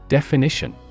Definition